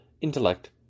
intellect